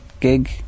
gig